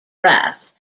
wrath